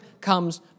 comes